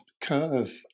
curve